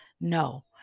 No